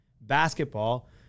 basketball